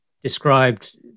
described